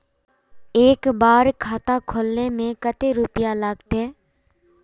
एक बार खाता खोले में कते रुपया लगते?